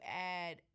add